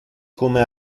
come